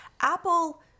Apple